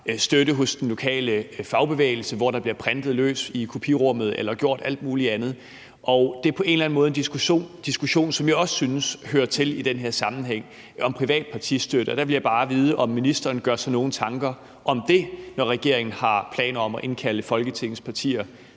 støtte fra den lokale fagbevægelse, hvor der bliver printet løs i kopirummet eller gjort alt muligt andet. Det er på en eller anden måde en diskussion, som jeg også synes hører til i den her sammenhæng om privat partistøtte. Og der vil jeg bare vide, om ministeren gør sig nogle tanker om det, når regeringen har planer om at indkalde Folketingets partier